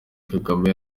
kagame